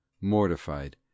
mortified